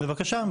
בבקשה,